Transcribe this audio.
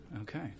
okay